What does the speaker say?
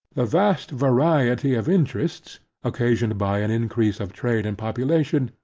the vast variety of interests, occasioned by an increase of trade and population,